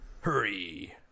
Hurry